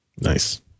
Nice